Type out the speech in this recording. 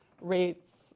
rates